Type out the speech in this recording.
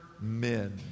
men